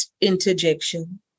interjection